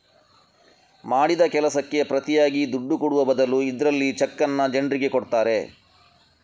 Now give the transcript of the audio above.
ಮಾಡಿದ ಕೆಲಸಕ್ಕೆ ಪ್ರತಿಯಾಗಿ ದುಡ್ಡು ಕೊಡುವ ಬದಲು ಇದ್ರಲ್ಲಿ ಚೆಕ್ಕನ್ನ ಜನ್ರಿಗೆ ಕೊಡ್ತಾರೆ